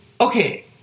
Okay